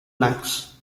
lungs